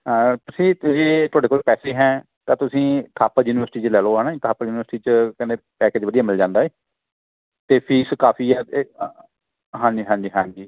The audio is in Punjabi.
ਤੁਸੀਂ ਤੁਸੀਂ ਤੁਹਾਡੇ ਕੋਲ ਪੈਸੇ ਹੈ ਤਾਂ ਤੁਸੀਂ ਥਾਪਰ ਯੂਨੀਵਰਸਿਟੀ 'ਚ ਲੈ ਲਉ ਹੈ ਨਾ ਜੀ ਥਾਪਰ ਯੂਨੀਵਰਸਿਟੀ 'ਚ ਕਹਿੰਦੇ ਪੈਕਜ ਵਧੀਆ ਮਿਲ ਜਾਂਦਾ ਹੈ ਅਤੇ ਫੀਸ ਕਾਫੀ ਹੈ ਅਤੇ ਹਾਂਜੀ ਹਾਂਜੀ ਹਾਂਜੀ